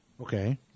Okay